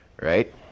right